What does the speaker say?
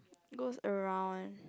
goes around